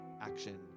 action